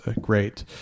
great